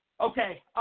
Okay